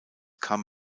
kam